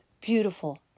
beautiful